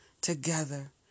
together